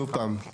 שוב פעם.